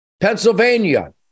Pennsylvania